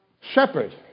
shepherd